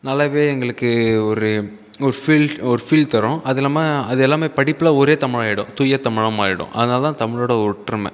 நல்லாவே எங்களுக்கு ஒரு ஒரு ஃபீல் ஒரு ஃபீல் தரும் அது இல்லாமல் அது எல்லாமே படிப்பில் ஒரே தமிழாகிடும் தூய தமிழாக மாறிவிடும் அதனால்தான் தமிழோடய ஒற்றுமை